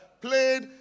played